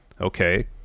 Okay